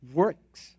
works